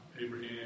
Abraham